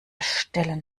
stellen